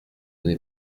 n’est